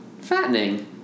fattening